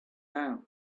down